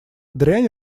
дрянь